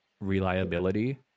reliability